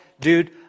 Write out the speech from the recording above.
Dude